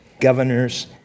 governors